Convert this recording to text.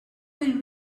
will